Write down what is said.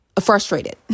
frustrated